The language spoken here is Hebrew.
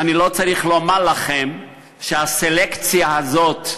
אני לא צריך לומר לכם שהסלקציה הזאת,